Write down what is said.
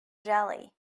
jelly